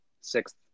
sixth